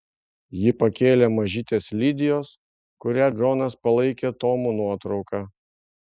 ji pakėlė mažytės lidijos kurią džonas palaikė tomu nuotrauką